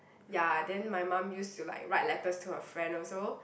ya then my mum used to like write letters to her friend also